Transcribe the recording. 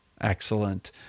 Excellent